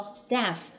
staff